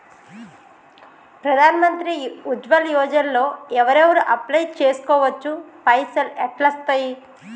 ప్రధాన మంత్రి ఉజ్వల్ యోజన లో ఎవరెవరు అప్లయ్ చేస్కోవచ్చు? పైసల్ ఎట్లస్తయి?